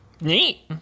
Neat